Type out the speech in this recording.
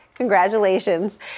Congratulations